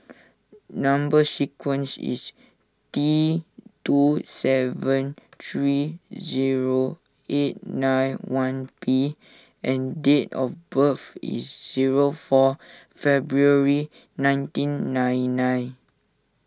Number Sequence is T two seven three zero eight nine one P and date of birth is zero four February nineteen nine nine